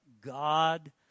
God